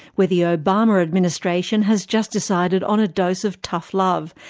where the obama administration has just decided on a dose of tough love,